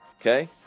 okay